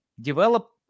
develop